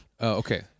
okay